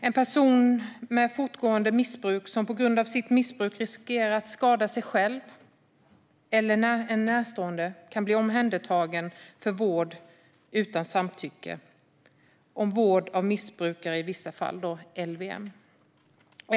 En person med fortgående missbruk som på grund av sitt missbruk riskerar att skada sig själv eller en närstående kan bli omhändertagen för vård utan samtycke enligt lagen om vård av missbrukare i vissa fall - LVM.